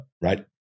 right